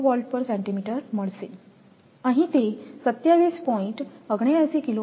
83 kVcm મળશે અહીં તે 27